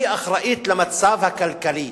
היא אחראית למצב הכלכלי.